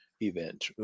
event